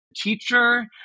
teacher